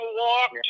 walk